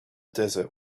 desert